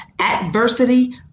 adversity